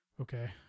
Okay